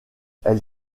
elle